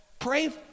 Pray